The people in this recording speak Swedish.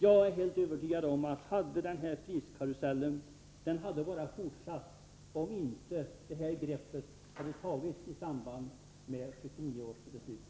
Jag är helt övertygad om att den priskarusell vi hade skulle ha fortsatt, om vi inte tagit det grepp över situationen som vi gjorde i samband med 1979 års beslut.